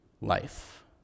life